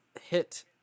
hit